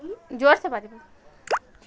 जोरसँ बजबय